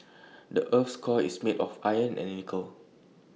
the Earth's core is made of iron and nickel